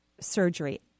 surgery